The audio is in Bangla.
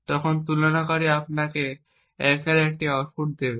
তখন তুলনাকারী আপনাকে 1 এর একটি আউটপুট দেবে